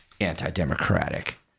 Anti-democratic